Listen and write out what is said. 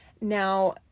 Now